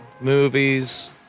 Movies